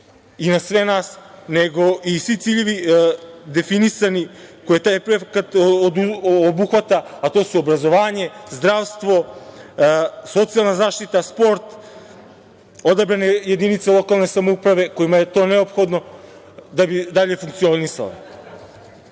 i na sve nas nego i svi ciljevi definisani koji taj efekat obuhvata, a to su obrazovanje, zdravstvo, socijalna zaštita, sport, odabrane jedinice lokalne samouprave kojima je to neophodno da bi dalje funkcionisale. Na